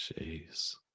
Jeez